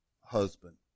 husband